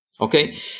okay